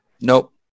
Nope